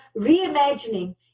reimagining